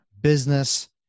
business